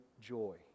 joy